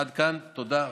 עד כאן, תודה.